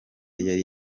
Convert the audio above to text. yari